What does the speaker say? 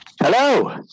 hello